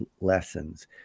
lessons